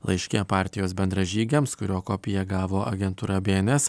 laiške partijos bendražygiams kurio kopiją gavo agentūra bns